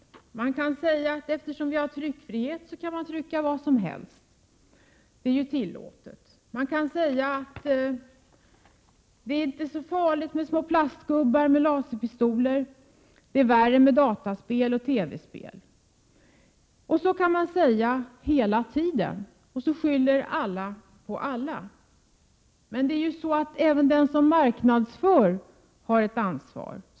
Det kan också hävdas att eftersom vi har tryckfrihet kan man trycka vad som helst. Man kan också säga att det inte är så farligt med små plastgubbar med laserpistoler; det är värre med dataspel och TV-spel. På detta sätt kan alla skylla på alla. Men även den som marknadsför har ett ansvar.